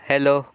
hello